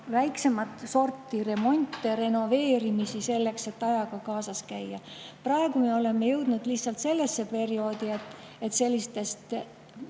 väiksemat sorti remonte, renoveerimisi, selleks et ajaga kaasas käia. Praegu me oleme jõudnud lihtsalt sellesse perioodi, et sellistest